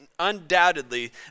undoubtedly